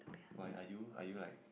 why are you are you like